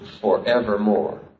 forevermore